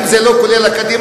אם זה לא כולל אקדמאים,